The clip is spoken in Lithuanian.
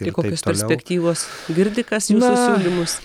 tai kokios perspektyvos girdi kas jūsų siūlymus